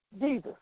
Jesus